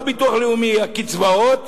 לא ביטוח לאומי, הקצבאות,